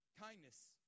kindness